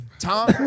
Tom